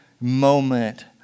moment